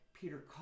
Peter